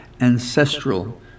ancestral